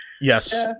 Yes